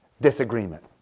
Disagreement